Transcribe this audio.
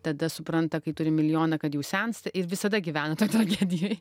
tada supranta kai turi milijoną kad jau sensta ir visada gyvena toj tragedijoj